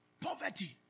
Poverty